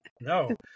no